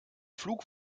flug